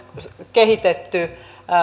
kehitetty